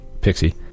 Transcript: pixie